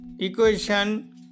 Equation